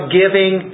giving